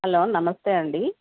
hello నమస్తే అండి